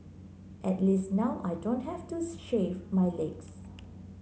at least now I don't have to shave my legs